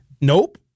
Nope